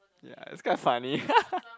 ya it's quite funny